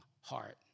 heart